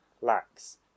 lacks